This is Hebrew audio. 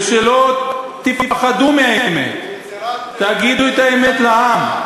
ושלא תפחדו מהאמת, תגידו את האמת לעם.